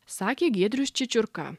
sakė giedrius čičiurka